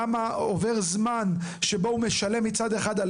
למה עובר זמן שבו הוא משלם מצד אחד על